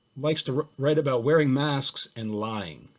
likes to write about wearing masks and lying,